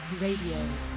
Radio